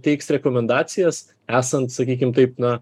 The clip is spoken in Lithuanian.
teiks rekomendacijas esant sakykim taip na